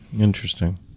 Interesting